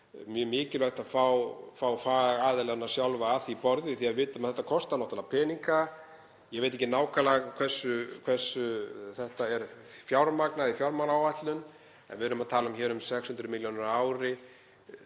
mjög mikilvægt að fá fagaðilana sjálfa að borði því að við vitum að þetta kostar náttúrlega peninga. Ég veit ekki nákvæmlega að hve miklu leyti þetta er fjármagnað í fjármálaáætlun en við erum að tala um 600 milljónir á